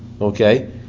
Okay